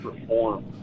perform